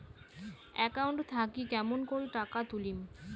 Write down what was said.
Account থাকি কেমন করি টাকা তুলিম?